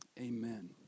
amen